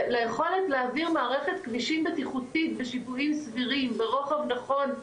ליכולת להעביר מערכת כבישים בטיחותית בשיפועים סבירים וברוחב נכון,